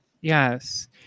yes